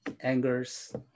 angers